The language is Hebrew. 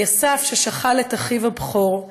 אליסף, ששכל את אחיו הבכור,